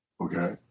Okay